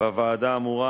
בוועדה האמורה,